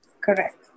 Correct